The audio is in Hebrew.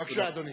בבקשה, אדוני.